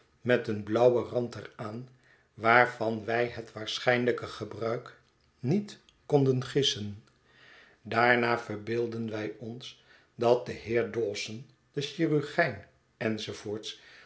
met een blauwen rand er aan waarvan wij het waarschijnlijke gebruik niet konden gissen daarna verbeeldden wij ons dat de heer dawson de chirurgijn